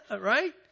Right